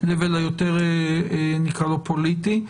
היותר פוליטית,